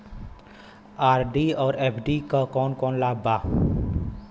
RD और FD क कौन कौन लाभ बा?